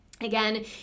Again